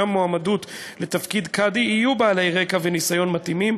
המועמדות לתפקיד קאדי יהיו בעלי רקע וניסיון מתאימים,